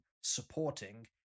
supporting